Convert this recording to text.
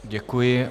Děkuji.